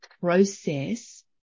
process